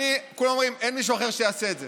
כולם אומרים: אין מישהו אחר שיעשה את זה.